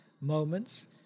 moments